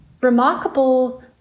remarkable